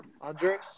Andres